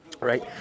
Right